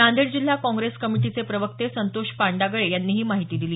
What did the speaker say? नांदेड जिल्हा काँग्रेस कमिटीचे प्रवक्ते संतोष पांडागळे यांनी ही माहिती दिली